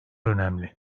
önemli